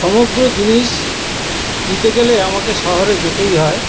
সমগ্র জিনিস নিতে গেলে আমাকে শহরে যেতেই হয়